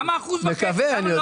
למה 1.5%?